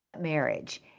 Marriage